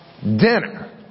dinner